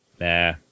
Nah